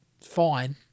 fine